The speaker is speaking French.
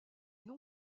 non